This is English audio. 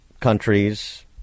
countries